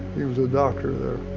he was a doctor there.